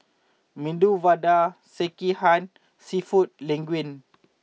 Medu Vada Sekihan and Seafood Linguine